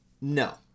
No